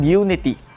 unity